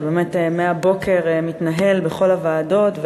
שבאמת מהבוקר מתנהל בכל הוועדות,